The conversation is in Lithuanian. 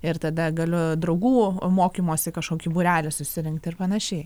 ir tada galiu draugų mokymosi kažkokį būrelį susirinkt ir panašiai